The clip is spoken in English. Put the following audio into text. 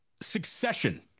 Succession